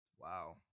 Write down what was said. Wow